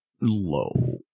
low